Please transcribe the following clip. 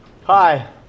Hi